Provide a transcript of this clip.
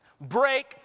Break